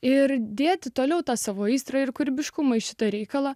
ir dėti toliau tą savo aistrą ir kūrybiškumą į šitą reikalą